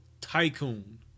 Tycoon